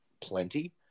plenty